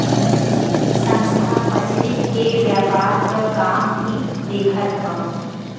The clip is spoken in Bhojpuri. संस्था मछरी के व्यापार क काम भी देखत हौ